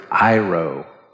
iro